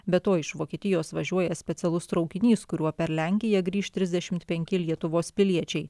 be to iš vokietijos važiuoja specialus traukinys kuriuo per lenkiją grįš trisdešimt penki lietuvos piliečiai